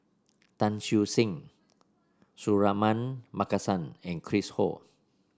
Tan Siew Sin Suratman Markasan and Chris Ho